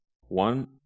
One